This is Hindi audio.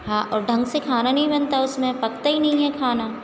हाँ और ढंग से खाना नहीं बनता उसमें पकता ही नहीं है खाना